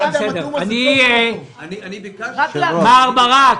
מר ברק,